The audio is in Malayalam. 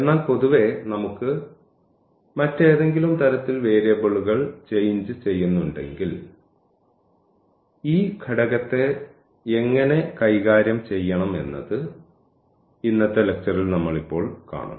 എന്നാൽ പൊതുവേ നമുക്ക് മറ്റേതെങ്കിലും തരത്തിൽ വേരിയബിളുകൾ ചേഞ്ച് ചെയ്യുന്നുണ്ടെങ്കിൽ ഈ ഘടകത്തെ എങ്ങനെ കൈകാര്യം ചെയ്യണം എന്നത് ഇന്നത്തെ ലെക്ച്ചറിൽ നമ്മൾ ഇപ്പോൾ കാണും